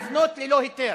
לבנות ללא היתר.